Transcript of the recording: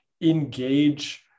engage